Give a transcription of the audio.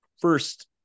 first